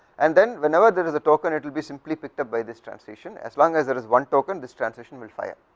and then whenever there is thetoken it will be simply picked up by this transition as long as that is one token this transition will fired,